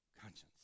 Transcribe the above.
conscience